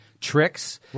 tricks